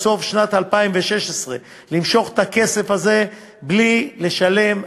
סוף שנת 2016 למשוך את הכסף הזה בלי לשלם מס.